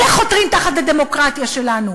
אלה חותרים תחת הדמוקרטיה שלנו.